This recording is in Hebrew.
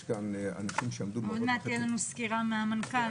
יש פה גם אנשים --- עוד מעט תהיה לנו סקירה של המנכ"ל.